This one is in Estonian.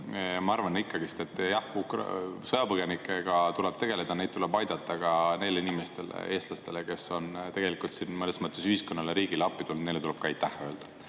ma arvan jah, et sõjapõgenikega tuleb tegeleda, neid tuleb aidata, aga ka neile inimestele, eestlastele, kes on tegelikult mõnes mõttes ühiskonnale, riigile appi tulnud, tuleb aitäh öelda.